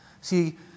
See